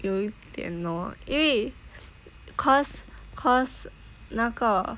有一点 lor 因为 because because 那个